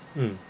mm